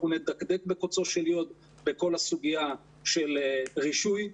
אנחנו נדקדק בקוצו של יוד בכל הסוגיה של רישוי.